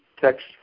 Text